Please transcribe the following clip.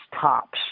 tops